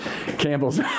Campbell's